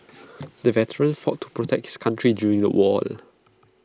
the veteran fought to protect his country during the war